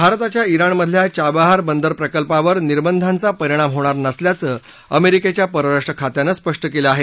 भारताच्या ज्ञाणमधल्या चाबहार बंदर प्रकल्पावर निर्बधाचा परिणाम होणार नसल्याचं अमेरिकेच्या परराष्ट्र खात्यानं स्पष्ट केलं आहे